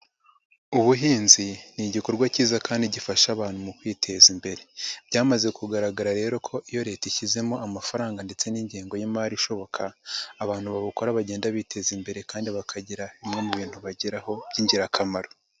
Ubuhinzi ni igikorwa cyiza kandi gifasha abantu mu kwiteza imbere, byamaze kugaragara rero ko iyo Leta ishyizemo amafaranga ndetse n'ingengo y'imari bishoboka ko abantu babukora bagenda biteza imbere kandi bakagira bimwe mu bintu bageraho by'ingirakamaro.